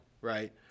right